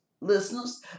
listeners